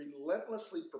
relentlessly